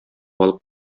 алып